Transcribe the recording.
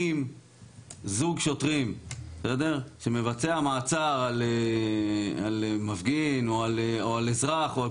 אם זוג שוטרים שמבצע מעצר על מפגין או על אזרח או על